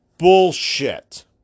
Bullshit